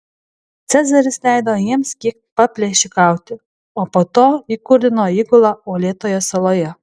cezaris leido jiems kiek paplėšikauti o po to įkurdino įgulą uolėtoje saloje